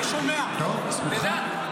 טוב, זכותך.